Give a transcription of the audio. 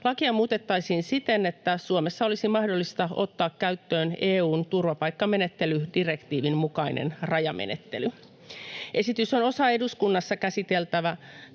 Lakia muutettaisiin siten, että Suomessa olisi mahdollista ottaa käyttöön EU:n turvapaikkamenettelydirektiivin mukainen rajamenettely. Esitys on osa eduskunnassa käsiteltävänä